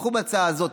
תתמכו בהצעה הזאת,